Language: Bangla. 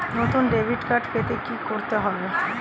নতুন ডেবিট কার্ড পেতে কী করতে হবে?